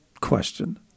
question